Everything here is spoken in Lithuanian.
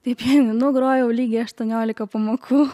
tai pianinu grojau lygiai aštuoniolika pamokų